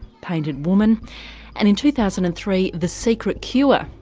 painted woman and, in two thousand and three, the secret cure.